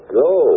go